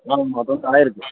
ஆ தலை இருக்குது